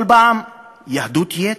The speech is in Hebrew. כל פעם יהדות יתר?